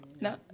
no